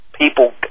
people